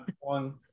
one